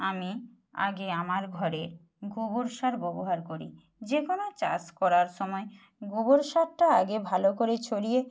আমি আগে আমার ঘরে গোবর সার ব্যবহার করি যে কোনও চাষ করার সময় গোবর সারটা আগে ভালো করে ছড়িয়ে